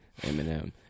eminem